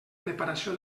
preparació